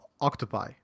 octopi